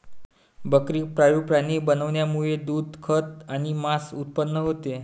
बकरी पाळीव प्राणी बनवण्यामुळे दूध, खत आणि मांस उत्पन्न होते